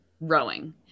rowing